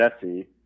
Jesse